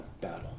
battle